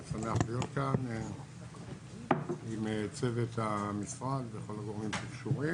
אני שמח להיות כאן עם צוות המשרד וכל הגורמים שקשורים.